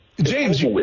James